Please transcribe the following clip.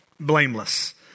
Blameless